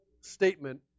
statement